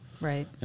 Right